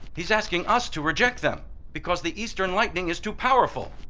he's asking us to reject them because the eastern lightning is too powerful!